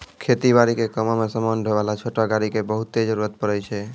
खेती बारी के कामों मॅ समान ढोय वाला छोटो गाड़ी के बहुत जरूरत पड़ै छै